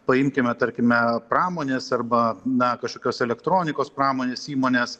paimkime tarkime pramonės arba na kažkokios elektronikos pramonės įmones